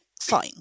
fine